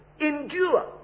Endure